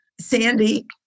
Sandy